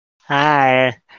Hi